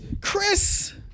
Chris